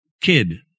kid